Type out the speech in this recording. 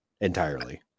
entirely